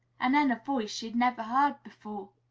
and then a voice she had never heard before,